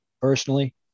personally